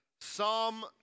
Psalm